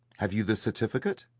have you the certificate?